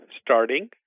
starting